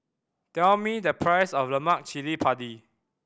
tell me the price of lemak cili padi